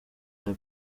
rya